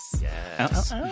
yes